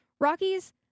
Rockies